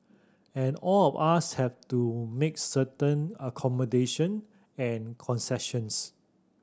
and all of us have to make certain accommodation and concessions